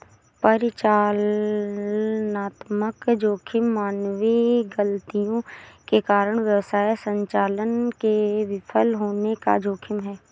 परिचालनात्मक जोखिम मानवीय गलतियों के कारण व्यवसाय संचालन के विफल होने का जोखिम है